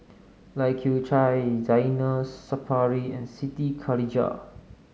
Lai Kew Chai Zainal Sapari and Siti Khalijah